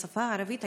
בשפה הערבית,